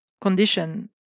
condition